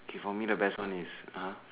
okay for me the best one is ah